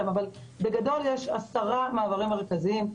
אבל בגדול יש 10 מעברים מרכזיים.